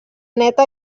neta